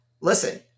Listen